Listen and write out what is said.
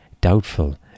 doubtful